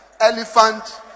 elephant